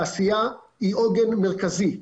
תעשייה היא עוגן מרכזי.